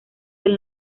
del